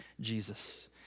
Jesus